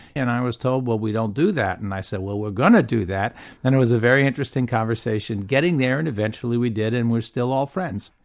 and i was told well we don't do that. and i said well, we're going to do that and it was a very interesting conversation, getting there and eventually we did and we're still all friends.